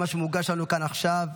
על מה שמוגש לנו כאן עכשיו.